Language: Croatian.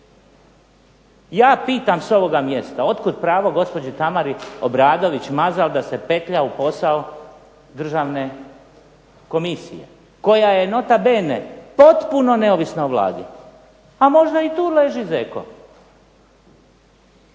Ja pitam s ovoga mjesta od kuda pravo gospođi Tamari Obradović Mazal da se petlja u posao državne komisije koja je nota bene potpuno neovisna o Vlati? A možda i tu leži zeko.